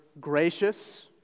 gracious